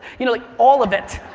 you know like all of it.